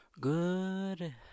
Good